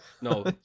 no